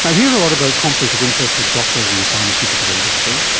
um hear a lot about conflict of interest with doctors and the pharmaceutical industry.